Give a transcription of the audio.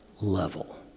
level